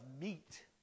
meat